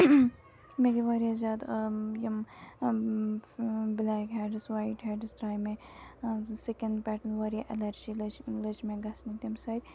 مےٚ گٔے واریاہ زیادٕ یِم بٕلیک ہٮ۪ڈٕز وایٹ ہٮ۪ڈٕز درٛاے مےٚ سِکِن پٮ۪ٹھ واریاہ اٮ۪لَرجی لٔج لٔج مےٚ گژھنہِ تمہِ سۭتۍ